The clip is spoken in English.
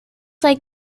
like